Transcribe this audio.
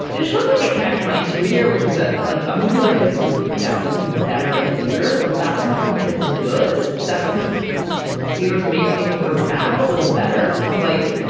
this would sort of like a catch twenty two here, which is ah like a movie like this would definitely be better in theaters. but that's not cause it's good. that's because theaters make things that are bad a little better because, like,